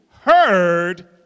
heard